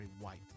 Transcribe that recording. white